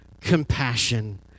compassion